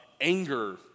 anger